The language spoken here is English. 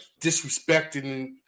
disrespecting